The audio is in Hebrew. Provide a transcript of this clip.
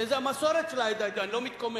שזאת המסורת של העדה אני לא מתקומם.